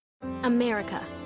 America